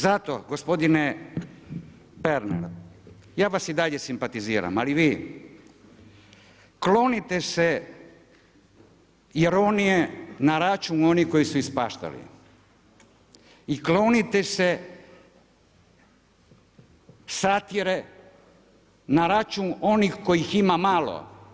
Zato gospodine Pernar, ja vas i dalje simpatiziram, ali vi klonite se ironije na račun onih koji su ispaštali i klonite se satire na račun onih kojih ima malo.